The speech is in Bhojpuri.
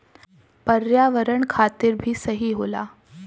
पर्यावरण खातिर भी सही होला